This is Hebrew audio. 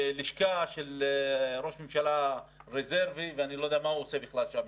לשכה של ראש ממשלה רזרבי ואני לא יודע מה הוא יעשה שם בכלל.